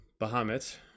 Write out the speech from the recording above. Bahamut